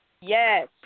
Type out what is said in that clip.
Yes